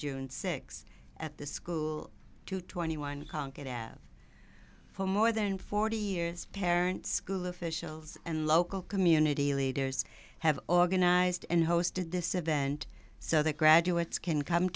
june sixth at the school to twenty one conquered have for more than forty years parents school officials and local community leaders have organized and hosted this event so that graduates can come